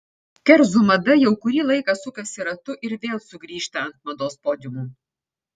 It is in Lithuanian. kerzų mada jau kurį laiką sukasi ratu ir vėl sugrįžta ant mados podiumų